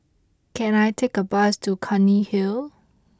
can I take a bus to Clunny Hill